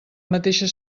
mateixa